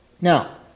Now